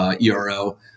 ERO